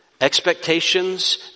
Expectations